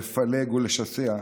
לפלג ולשסע,